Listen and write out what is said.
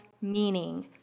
meaning